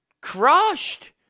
crushed